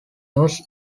news